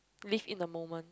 live in a moment